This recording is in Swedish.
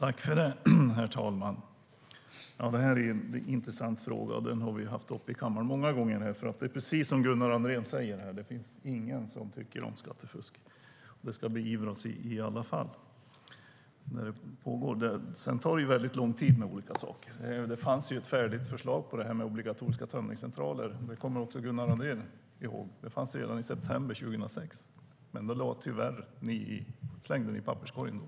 Herr talman! Det här är en intressant fråga som vi har haft uppe i kammaren många gånger. Precis som Gunnar Andrén säger finns det ingen som tycker om skattefusk, och det ska beivras i alla fall där det pågår. Sedan tar det lång tid med olika saker. Redan i september 2006 fanns det ett färdigt förslag på obligatoriska tömningscentraler - det kommer också Gunnar Andrén ihåg - men det slängde ni tyvärr i papperskorgen då.